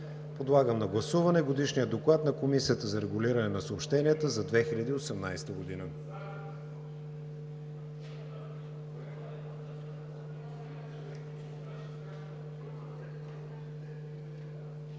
Подлагам на гласуване Годишния доклад на Комисията за регулиране на съобщенията за 2018 г.